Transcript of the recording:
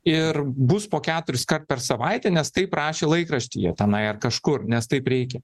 ir bus po keturiskart per savaitę nes taip rašė laikraštyje tenai ar kažkur nes taip reikia